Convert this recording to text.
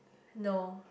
no